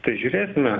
tai žiūrėsime